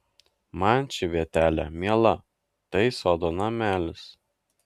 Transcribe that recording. man ši vietelė miela tai sodo namelis